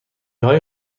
های